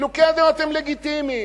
חילוקי הדעות הם לגיטימיים,